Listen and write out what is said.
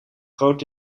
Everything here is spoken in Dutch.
groot